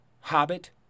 Hobbit